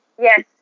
Yes